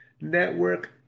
Network